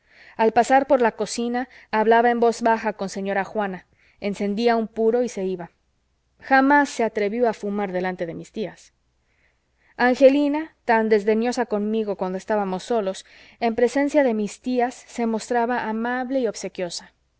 al pasar por la cocina hablaba en voz baja con señora juana encendía un puro y se iba jamás se atrevió a fumar delante de mis tías angelina tan desdeñosa conmigo cuando estábamos solos en presencia de mis tías se mostraba amable y obsequiosa